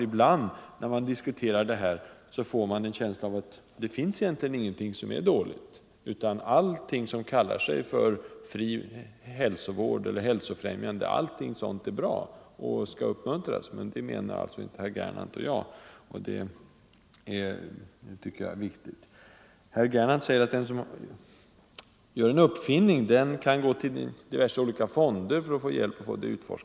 Ibland när man diskuterar dessa frågor får man en känsla av att det egentligen inte finns någonting som är dåligt, utan att allt det som kallas fri hälsovård eller hälsofrämjande är bra och skall uppmuntras. Men det menar alltså inte herr Gernandt, och det är viktigt. Herr Gernandt säger att den som gör en uppfinning kan gå till diverse olika fonder för att få hjälp att forska vidare.